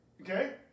Okay